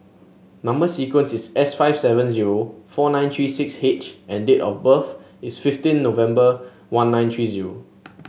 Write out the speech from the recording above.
number sequence is S five seven zero four nine three six H and date of birth is fifteen November one nine three zero